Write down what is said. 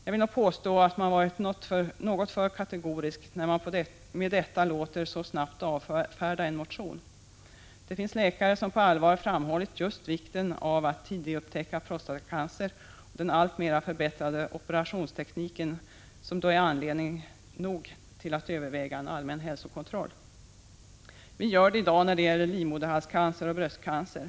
Jag vill nog påstå att man varit något för kategorisk när man med detta så snabbt avfärdar en motion. Det finns läkare som på allvar framhållit vikten just av att tidigupptäcka prostatacancer, och den alltmer förbättrade operationstekniken är anledning nog att överväga en allmän hälsokontroll. Vi gör det i dag när det gäller livmoderhalscancer och bröstcancer.